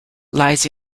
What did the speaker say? lies